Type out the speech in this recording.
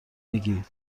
میگی